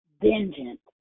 vengeance